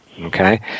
okay